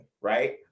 right